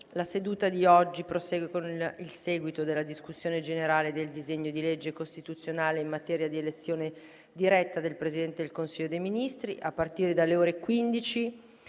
La seduta di oggi prosegue con il seguito della discussione generale del disegno di legge costituzionale in materia di elezione diretta del Presidente del Consiglio dei ministri. A partire dalle ore 15